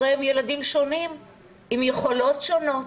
הרי הם ילדים שונים עם יכולות שונות,